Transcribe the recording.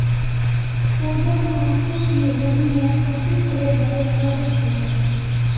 पूजा कोहछे कि वहियं प्रतिफलेर बारे पढ़ छे